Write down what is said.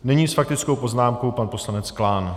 Nyní s faktickou poznámkou pan poslanec Klán.